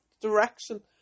direction